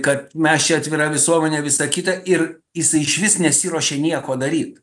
kad mes čia atvira visuomenė visa kita ir jisai išvis nesiruošė nieko daryt